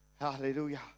Hallelujah